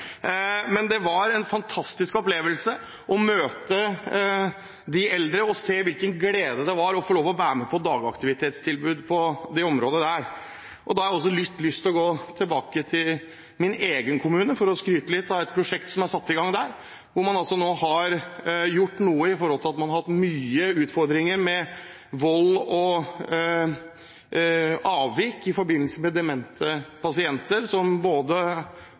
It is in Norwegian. Men det var en fantastisk opplevelse å møte de eldre og se hvilken glede det var å få lov til å være med på dagaktivitetstilbudet der. Jeg har også litt lyst til å gå tilbake til min egen kommune, for å skryte litt av et prosjekt som er satt i gang der, hvor man nå har gjort noe med at man har hatt mye utfordringer med vold og avvik i forbindelse med demente pasienter, som både